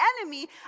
enemy